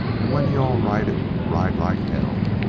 and when you-all ride it, ride like hell.